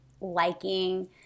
liking